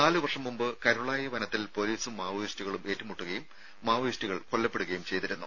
നാല് വർഷം മുമ്പ് കരുളായി വനത്തിൽ പൊലീ സും മാവോയിസ്റ്റുകളും ഏറ്റുമുട്ടുകയും മാവോയിസ്റ്റു കൾ കൊല്ലപ്പെടുകയും ചെയ്തിരുന്നു